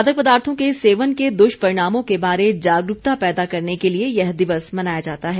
मादक पदार्थों के सेवन के दुष्परिणामों के बारे जागरुकता पैदा करने के लिए यह दिवस मनाया जाता है